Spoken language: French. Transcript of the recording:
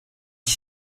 dix